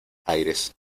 aires